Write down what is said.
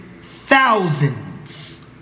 thousands